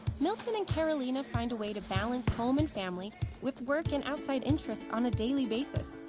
milton and carolina find a way to balance home and family with work and outside interests on a daily basis.